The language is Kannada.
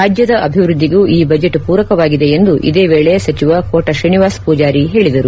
ರಾಜ್ಯದ ಅಭಿವೃದ್ಧಿಗೂ ಈ ಬಜೆಟ್ ಪೂರಕವಾಗಿದೆ ಎಂದು ಇದೇ ವೇಳಿ ಸಚಿವ ಕೋಟ ಶ್ರೀನಿವಾಸ್ ಪೂಜಾರಿ ಹೇಳಿದರು